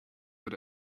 but